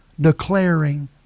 declaring